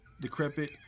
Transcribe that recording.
decrepit